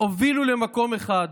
הובילו למקום אחד: